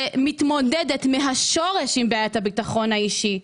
זה זה להתמודד מהשורש עם בעיית הביטחון האישי,